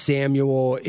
Samuel